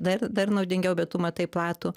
dar dar naudingiau bet tu matai platų